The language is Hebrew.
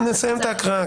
את ההקראה,